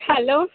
hello डफआथथध़